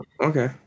Okay